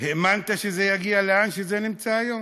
האמנת שזה יגיע לאן שזה נמצא היום?